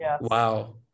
Wow